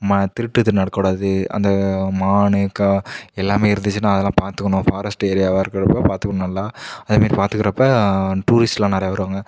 மா திருட்டு இது நடக்கூடாது அந்த மானு கா எல்லாமே இருந்துச்சின்னா அதெலாம் பார்த்துக்கணும் ஃபாரஸ்ட் ஏரியாவாக இருக்கிறப்போ பார்த்துக்கணும் நல்லா அதேமாரி பாத்துக்கறப்போ டூரிஸ்ட் எல்லாம் நிறையா வருவாங்க